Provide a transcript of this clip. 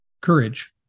courage